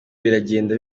biragenda